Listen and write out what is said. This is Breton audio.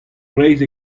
breizh